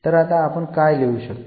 तर आता आपण काय लिहू शकतो